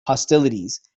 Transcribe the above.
hostilities